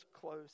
close